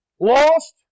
Lost